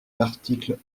l’article